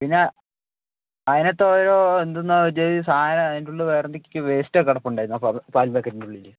പിന്നെ അതിനകത്തൊരു എന്താണ് ഒരു സാധനം അതിൻ്റെയുള്ളില് വേറെയെന്തൊക്കെയോ വേസ്റ്റൊക്കെ കിടപ്പുണ്ടായിരുന്നു പാല് ബക്കറ്റിൻ്റെയുള്ളില്